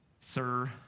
sir